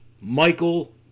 Michael